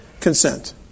consent